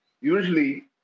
usually